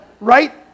Right